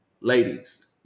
ladies